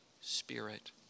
Spirit